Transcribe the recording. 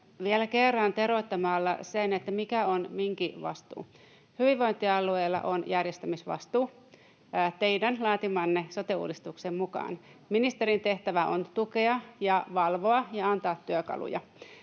vielä kerran teroitan sitä, mikä on minkäkin vastuu: Hyvinvointialueilla on järjestämisvastuu teidän laatimanne sote-uudistuksen mukaan. Ministerin tehtävä on tukea ja valvoa ja antaa työkaluja.